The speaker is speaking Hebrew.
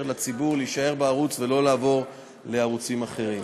לציבור להישאר בערוץ ולא לעבור לערוצים אחרים.